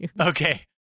Okay